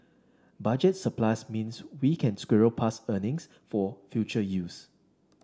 budget surplus means we can squirrel past earnings for future use